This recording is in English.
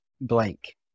blank